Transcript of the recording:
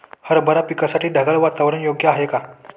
हरभरा पिकासाठी ढगाळ वातावरण योग्य आहे का?